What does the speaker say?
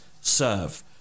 serve